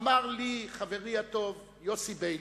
אמר לי חברי הטוב יוסי ביילין,